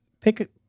pick